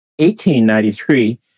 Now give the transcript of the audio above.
1893